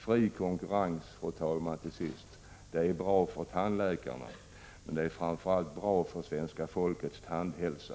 Fri konkurrens är bra för tandläkarna, men det är framför allt bra för svenska folkets tandhälsa.